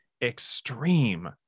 extreme